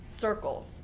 circles